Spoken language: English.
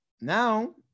now